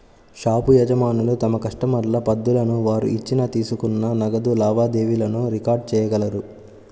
shop యజమానులు తమ కస్టమర్ల పద్దులను, వారు ఇచ్చిన, తీసుకున్న నగదు లావాదేవీలను రికార్డ్ చేయగలరు